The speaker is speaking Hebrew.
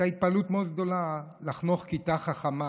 זו הייתה התפעלות מאוד גדולה לחנוך כיתה חכמה.